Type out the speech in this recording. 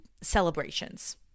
celebrations